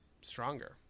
stronger